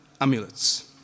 amulets